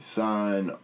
sign